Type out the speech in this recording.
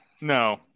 No